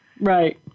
Right